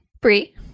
Brie